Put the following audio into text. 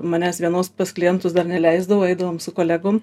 manęs vienos pas klientus dar neleisdavo eidavom su kolegom